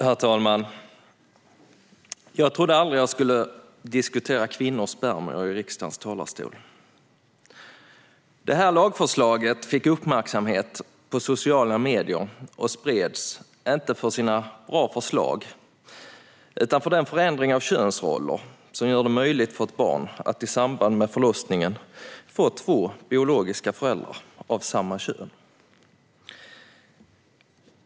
Herr talman! Jag trodde aldrig att jag skulle diskutera kvinnors spermier i riksdagens talarstol. Det här lagförslaget fick uppmärksamhet på sociala medier och spreds - inte för sina bra förslag utan för den förändring av könsroller som gör det möjligt för ett barn att i samband med förlossningen få två biologiska föräldrar av samma kön.